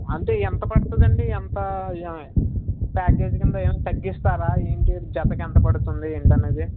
అంటే ఎంత పడుతుందండి ఎంతా ప్యాకేజ్ కింద ఏమి తగ్గిస్తారా ఏంటి జతకి ఎంతపడుతుంది ఏంటి అనేది